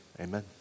Amen